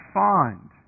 find